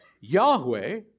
Yahweh